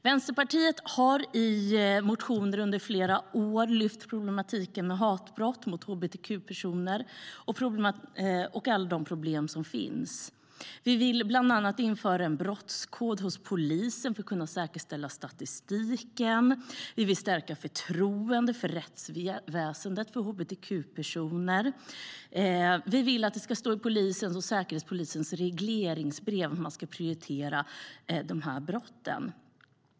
Vänsterpartiet har under flera år i motioner lyft problematiken med hatbrott mot hbtq-personer och alla de problem som finns. Vi vill bland annat införa en brottskod hos polisen för att kunna säkerställa statistiken. Vi vill stärka förtroendet för rättsväsendet hos hbtq-personer. Vi vill att det ska stå i polisens och säkerhetspolisens regleringsbrev att man ska prioritera de här brotten.